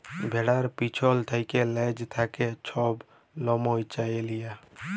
ভেড়ার পিছল থ্যাকে লেজ থ্যাকে ছব লম চাঁছে লিয়া